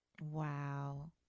Wow